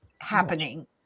happening